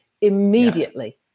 immediately